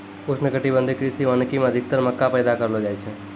उष्णकटिबंधीय कृषि वानिकी मे अधिक्तर मक्का पैदा करलो जाय छै